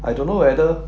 I don't know whether